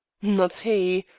not he!